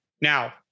Now